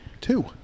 Two